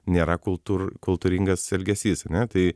nėra kultūr kultūringas elgesys ane tai